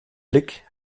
blick